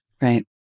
Right